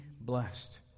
blessed